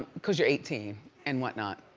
cause, you're eighteen and what not.